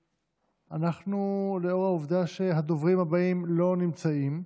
לאור העובדה שהדוברים הבאים לא נמצאים,